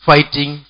Fighting